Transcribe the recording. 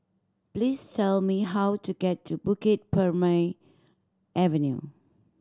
please tell me how to get to Bukit Purmei Avenue